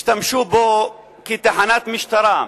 השתמשו בו כתחנת משטרה.